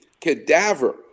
cadaver